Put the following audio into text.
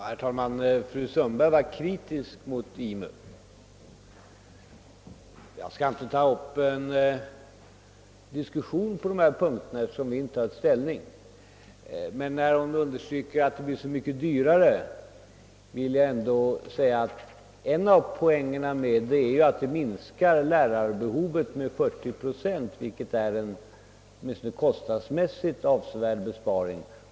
Herr talman! Fru Sundberg var kritisk mot IMU, men jag skall inte här ta upp någon diskussion om det systemet, eftersom vi ännu inte har tagit ställning. Men när fru Sundberg säger att systemet blir så mycket dyrare vill jag svara att en av poängerna är att systemet minskar lärarbehovet med 40 procent, vilket är en högst avsevärd besparing.